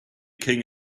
king